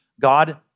God